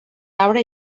arbre